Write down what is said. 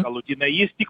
galutinai jis tik